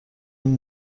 این